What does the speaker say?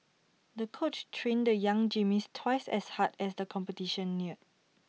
the coach trained the young gymnast twice as hard as the competition neared